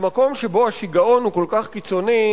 במקום שבו השיגעון הוא כל כך קיצוני,